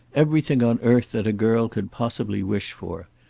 everything on earth that a girl could possibly wish for!